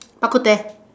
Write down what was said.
bak-kut-teh